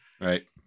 right